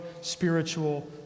spiritual